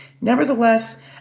Nevertheless